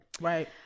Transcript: right